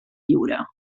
lliure